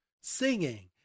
singing